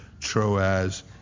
Troas